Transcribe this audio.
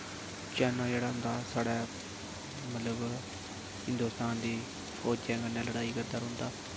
चीन जेह्ड़ा ऐ साढ़े मतलब हिंदोस्तान दी फौजै कन्नै लड़ाई करदा रौंह्दा